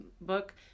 book